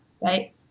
Right